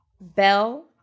Bell